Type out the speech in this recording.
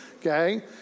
Okay